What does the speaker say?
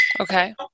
Okay